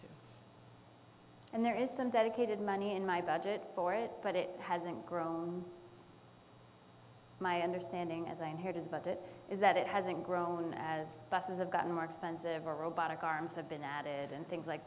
there is some dedicated money in my budget for it but it hasn't grown my understanding as i heard but it is that it hasn't grown as buses have gotten more expensive or robotic arms have been added and things like